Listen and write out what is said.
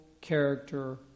character